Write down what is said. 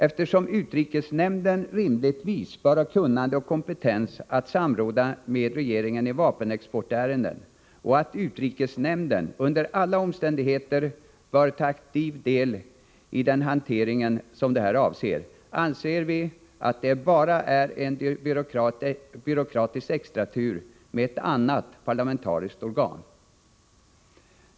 Eftersom utrikesnämnden rimligtvis bör ha kunnande och kompetens att samråda med regeringen i vapenexportärenden, och eftersom utrikesnämnden under alla omständigheter bör ta aktiv del i den hantering det här är fråga om, anser vi att det bara är en byråkratisk extratur med ett annat parlamentariskt organ.